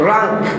Rank